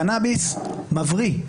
קנאביס מבריא.